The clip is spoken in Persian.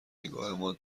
نگاهمان